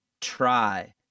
try